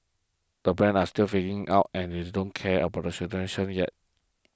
the brands are still figuring out and is don't care about the solution yet